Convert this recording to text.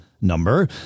number